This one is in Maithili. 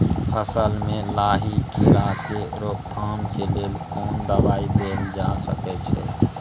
फसल में लाही कीरा के रोकथाम के लेल कोन दवाई देल जा सके छै?